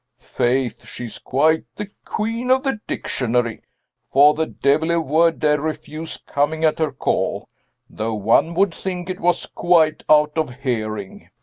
faith, she's quite the queen of the dictionary for the devil a word dare refuse coming at her call though one would think it was quite out of hearing.